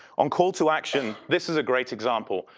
on call to action, this is a great example.